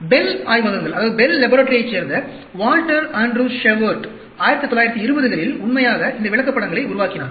bell ஆய்வகங்களைச் சேர்ந்த Walter Andrew Shewhart 1920 களில் உண்மையாக இந்த விளக்கப்படங்களை உருவாக்கினார்